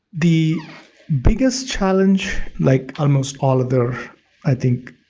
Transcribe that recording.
the biggest challenge, like, almost all other, i think,